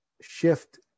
shift